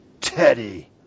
Teddy